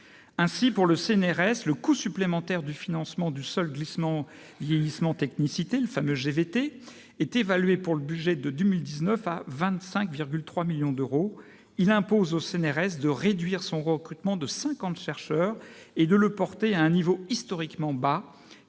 Ainsi, pour le CNRS, le coût supplémentaire du financement du seul glissement vieillissement-technicité, le fameux GVT, est évalué, pour le budget de 2019, à 25,3 millions d'euros. Il impose au CNRS de réduire son recrutement de cinquante chercheurs et de le porter à un niveau historiquement bas,